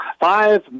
Five